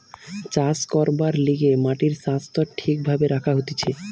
চাষ করবার লিগে মাটির স্বাস্থ্য ঠিক ভাবে রাখা হতিছে